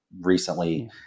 recently